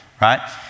right